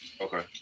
Okay